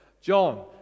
John